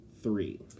three